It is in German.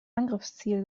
angriffsziel